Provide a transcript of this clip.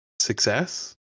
success